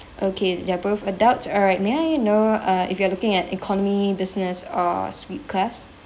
okay they're both adults alright may know uh if you are looking at economy business or suite class